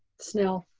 snell. oh,